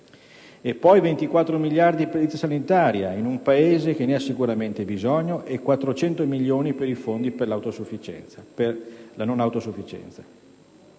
poi 24 miliardi per l'edilizia sanitaria, in un Paese che ne ha sicuramente bisogno, e 400 milioni per i fondi per la non autosufficienza.